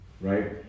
right